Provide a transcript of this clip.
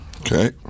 Okay